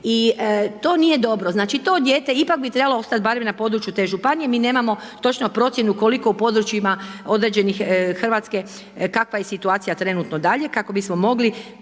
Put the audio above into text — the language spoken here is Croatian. i to nije dobro. Znači to dijete ipak bi trebalo ostat barem na području te županije, mi nemamo točno procjenu koliko u područjima određenih Hrvatske kakva je situacija trenutno dalje kako bismo mogli